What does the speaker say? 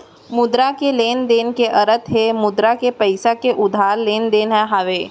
मुद्रा के लेन देन के अरथ हे मुद्रा के पइसा के उधार लेन देन ले हावय